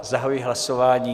Zahajuji hlasování.